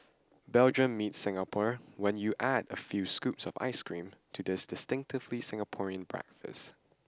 Belgium meets Singapore when you add a few scoops of ice cream to this distinctively Singaporean breakfast